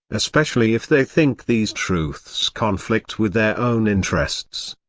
especially if they think these truths conflict with their own interests.